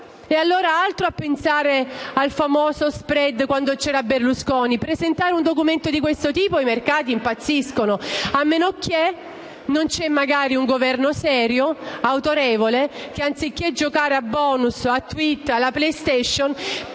E allora altro che pensare al famoso *spread* di quando c'era Berlusconi! Presentando un documento di questo tipo i mercati impazziscono, a meno che non ci sia un Governo serio e autorevole che, anziché giocare con i *bonus*, i *tweet* e alla *PlayStation,*